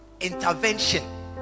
intervention